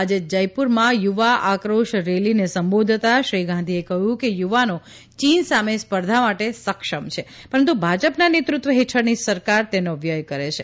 આજે જયપુરમાં યુવા આક્રોશ રેલીને સંબોધતાં શ્રી ગાંધીએ કહ્યું કે યુવાનો ચીન સામે સ્પર્ધા માટે સક્ષમ છે પરંતુ ભાજપના નેતૃત્વ હેઠલની સરકાર તેનો વ્યય કરે છે